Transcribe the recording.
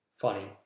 Funny